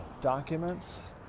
documents